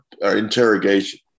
interrogation